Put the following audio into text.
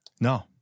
No